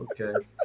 Okay